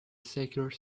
secure